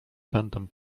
pędem